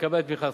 תקבל את ברכתכם,